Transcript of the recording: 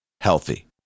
healthy